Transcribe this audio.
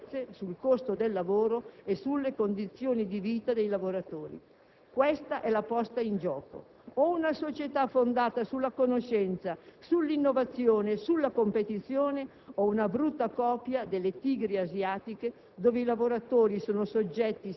riversare le proprie debolezze sul costo del lavoro e sulle condizioni di vita dei lavoratori. Questa è la posta in gioco: o una società fondata sulla conoscenza, sull'innovazione, sulla competizione alta, oppure una brutta copia delle tigri asiatiche,